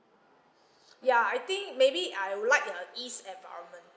ya I think maybe I would like a east environment